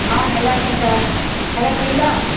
ஆ நல்லா இருக்கேன் சார் நல்லா இருக்கீங்களா